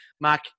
Mark